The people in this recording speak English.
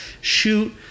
shoot